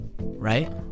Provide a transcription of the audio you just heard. right